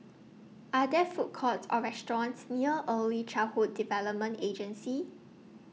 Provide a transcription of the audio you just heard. Are There Food Courts Or restaurants near Early Childhood Development Agency